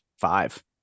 five